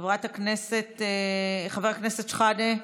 חבר הכנסת שחאדה,